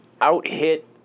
out-hit